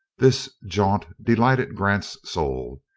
this jaunt delighted grant's soul.